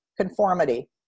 conformity